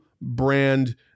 brand